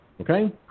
Okay